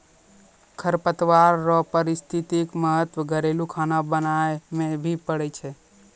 खरपतवार रो पारिस्थितिक महत्व घरेलू खाना बनाय मे भी पड़ै छै